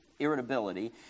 irritability